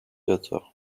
theatres